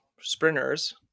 sprinters